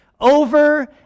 Over